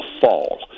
Fall